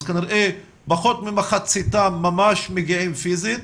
אז כנראה פחות ממחציתם ממש מגיעים פיזית,